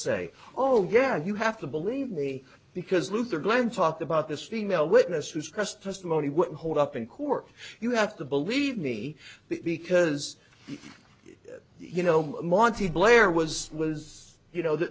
say oh yeah you have to believe me because luther glenn talked about this female witness whose testimony would hold up in court you have to believe me because you know monte blair was was you know th